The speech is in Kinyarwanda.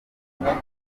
umurimo